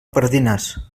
pardines